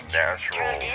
natural